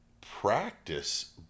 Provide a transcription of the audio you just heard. practice